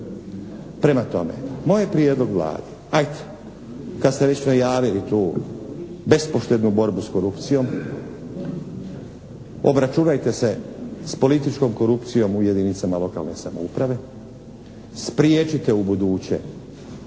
Prema tome moj je prijedlog Vladi ajd kad ste već najavili tu bespoštednu borbu s korupcijom obračunajte se s političkom korupcijom u jedinicama lokalne samouprave, spriječite ubuduće